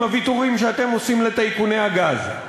הוויתורים שאתם עושים לטייקוני הגז.